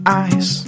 eyes